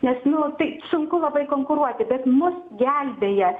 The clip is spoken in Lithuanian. nes nu tai sunku labai konkuruoti bet mus gelbėja